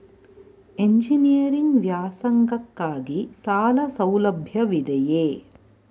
Engineering ವ್ಯಾಸಂಗಕ್ಕಾಗಿ ಸಾಲ ಸೌಲಭ್ಯವಿದೆಯೇ?